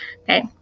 Okay